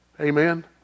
Amen